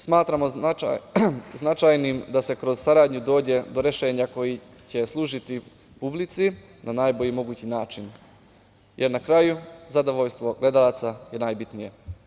Smatramo značajnim da se kroz saradnju dođe do rešenja koje će služiti publici na najbolji mogući način, jer na kraju zadovoljstvo gledalaca je najbitnije.